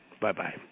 Bye-bye